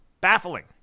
baffling